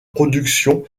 production